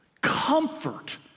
comfort